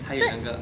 还有两个